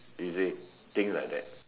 is it things like that